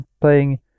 playing